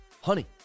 honey